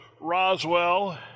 Roswell